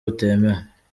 butemewe